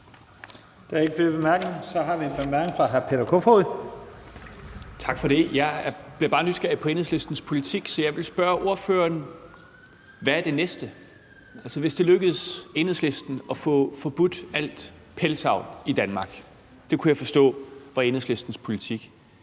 vi en kort bemærkning fra hr. Peter Kofod. Kl. 11:41 Peter Kofod (DF): Tak for det. Jeg bliver bare nysgerrig på Enhedslistens politik, så jeg vil spørge ordføreren: Hvad er det næste? Altså, hvis det lykkes Enhedslisten at få forbudt al pelsdyravl i Danmark – det kunne jeg forstå var Enhedslistens politik